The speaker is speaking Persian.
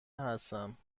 هستم